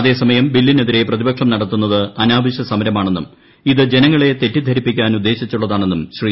അതേസമയം ബില്ലിനെതിര്രെ പ്രതിപക്ഷം നടത്തുന്നത് അനാവശ്യ സമരമാണെന്നും ഇത് ജനങ്ങളെ തെറ്റിദ്ധരിപ്പിക്കാനുദ്ദേശീച്ചുള്ളതാണെന്നും ശ്രീ